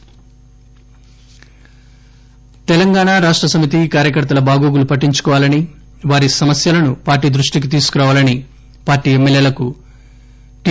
TRS Telangana Rashtra Samithi కార్యకర్తల బాగోగులు పట్టించుకోవాలని వారి సమస్యలను పార్టీ దృష్టికి తీసుకురావాలని పార్టీ ఎమ్మెల్యేలకు టి